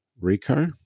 Rico